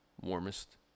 warmest